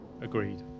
Agreed